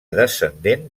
descendent